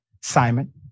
Simon